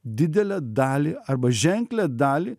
didelę dalį arba ženklią dalį